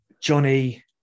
Johnny